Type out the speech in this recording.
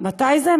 מתי זה?